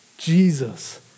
Jesus